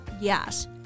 Yes